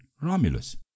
Romulus